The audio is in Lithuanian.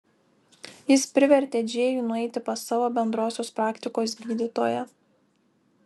jis privertė džėjų nueiti pas savo bendrosios praktikos gydytoją